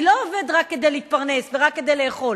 אני לא עובד רק כדי להתפרנס ורק כדי לאכול,